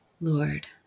Lord